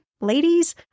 ladies